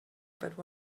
but